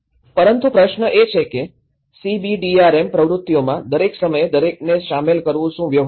પરંતુ પ્રશ્ન એ છે કે સીબીડીઆરએમ પ્રવૃત્તિઓમાં દરેક સમયે દરેકને શામેલ કરવું શું વ્યવહારુ છે